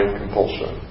compulsion